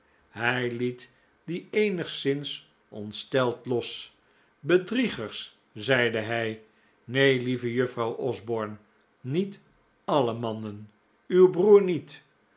hij liet die eenigszins ontsteld los bedriegers zeide hij neen lieve juffrouw osborne niet alle mannen uw broer niet